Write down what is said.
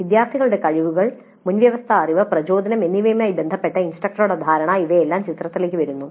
വിദ്യാർത്ഥികളുടെ കഴിവുകൾ മുൻവ്യവസ്ഥാ അറിവ് പ്രചോദനം എന്നിവയുമായി ബന്ധപ്പെട്ട ഇൻസ്ട്രക്ടറുടെ ധാരണ ഇവയെല്ലാം ചിത്രത്തിലേക്ക് വരുന്നു